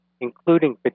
including